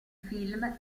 film